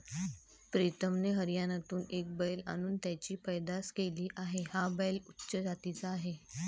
प्रीतमने हरियाणातून एक बैल आणून त्याची पैदास केली आहे, हा बैल उच्च जातीचा आहे